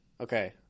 okay